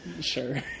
Sure